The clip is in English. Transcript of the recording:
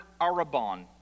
arabon